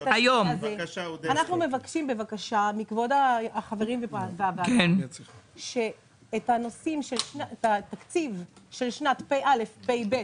אנחנו מבקשים מכבוד החברים בוועדה שהתקציב של שנת תשפ"א ותשפ"ב,